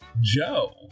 Joe